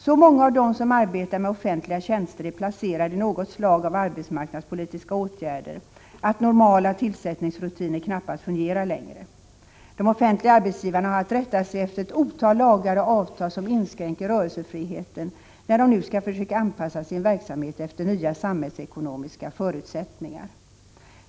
Så många av dem som arbetar med offentliga tjänster är placerade i något slag av arbetsmarknadspolitiska åtgärder att normala tillsättningsrutiner knappast fungerar längre. De offentliga arbetsgivarna har att rätta sig efter ett otal lagar och avtal, som inskränker rörelsefriheten då de skall försöka anpassa sin verksamhet efter nya samhällsekonomiska förutsättningar.